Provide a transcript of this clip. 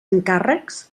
encàrrecs